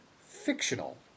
fictional